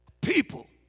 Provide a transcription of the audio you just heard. people